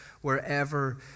wherever